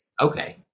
okay